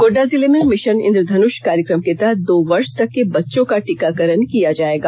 गोडडा जिले में मिषन इंद्रधनुष कार्यक्रम में तहत दो वर्ष तक के बच्चों का टीकाकरण किया जायेगा